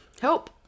help